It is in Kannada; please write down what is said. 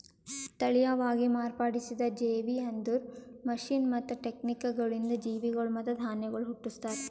ತಳಿಯವಾಗಿ ಮಾರ್ಪಡಿಸಿದ ಜೇವಿ ಅಂದುರ್ ಮಷೀನ್ ಮತ್ತ ಟೆಕ್ನಿಕಗೊಳಿಂದ್ ಜೀವಿಗೊಳ್ ಮತ್ತ ಧಾನ್ಯಗೊಳ್ ಹುಟ್ಟುಸ್ತಾರ್